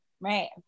right